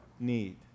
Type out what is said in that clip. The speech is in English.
need